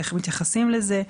איך מתייחסים לזה,